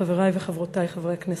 חברי וחברותי חברי הכנסת,